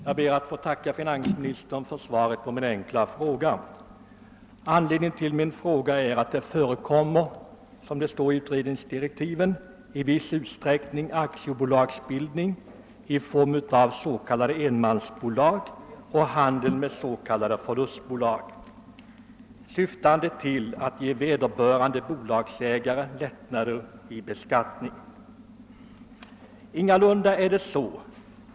Herr talman! Jag ber att få tacka finansministern för svaret på min enkla fråga. Anledningen till min fråga har varit att det i viss utsträckning förekommer — som det står i utredningens direktiv — aktiebolagsbildning i form av s.k. enmansbolag och handel med s.k. förlustbolag, syftande till att ge vederbörande bolagsägare lättnader i beskattningen.